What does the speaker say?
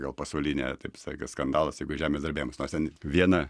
gal pasaulinė taip staiga skandalas jeigu žemės drebėjimas nors ten viena